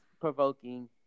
provoking